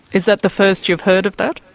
is that the first you have heard of that?